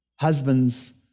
Husbands